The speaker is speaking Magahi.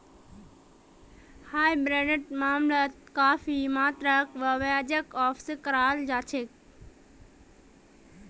हाइब्रिडेर मामलात काफी मात्रात ब्याजक वापसो कराल जा छेक